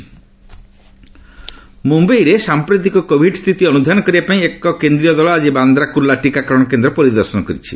ମହା କୋଭିଡ୍ ମୁମ୍ୟାଇରେ ସାମ୍ପ୍ରତିକ କୋଭିଡ୍ ସ୍ଥିତି ଅନୁଧ୍ୟାନ କରିବାପାଇଁ ଏକ କେନ୍ଦ୍ରୀୟ ଦଳ ଆଜି ବାନ୍ଦ୍ରା କୁର୍ଲା ଟିକାକରଣ କେନ୍ଦ୍ର ପରିଦର୍ଶନ କରିଛି